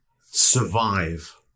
Survive